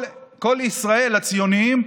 כל ישראל הציונים,